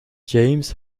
james